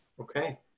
Okay